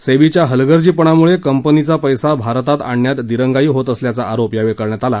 सेबीच्या हलगर्जीपणामुळे कंपनीचा पैसा भारतात आणण्यात दिरंगाई होत असल्याचा आरोप यावेळी करण्यात आला